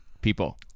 people